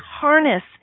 harness